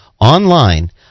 online